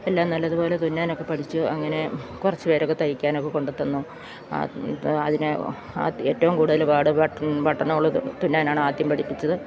എല്ലാം നല്ലതുപോലെ തുന്നാനൊക്കെ പഠിച്ചു അങ്ങനെ കുറച്ചുപേരൊക്കെ തയ്ക്കാനൊക്കെ കൊണ്ടുതന്നു അതിന് ഏറ്റവും കൂടുതൽ പാട് ബട്ടൺ ബട്ടണുകൾ തുന്നാനാണ് ആദ്യം പഠിപ്പിച്ചത്